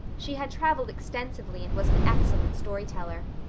she had traveled extensively and was an excellent storyteller.